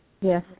Yes